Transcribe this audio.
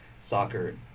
soccer